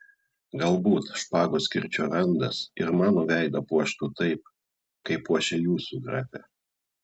galbūt špagos kirčio randas ir mano veidą puoštų taip kaip puošia jūsų grafe